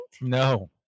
No